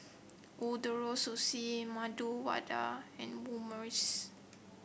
Ootoro Sushi Medu Vada and Omurice